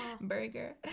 Burger